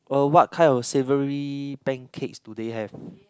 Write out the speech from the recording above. uh what type of savoury pancakes do they have